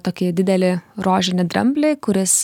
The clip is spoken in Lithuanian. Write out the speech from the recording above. tokį didelį rožinį dramblį kuris